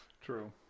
True